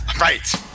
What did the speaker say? Right